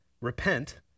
Repent